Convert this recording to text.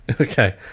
Okay